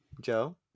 Joe